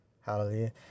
hallelujah